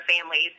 families